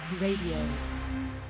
Radio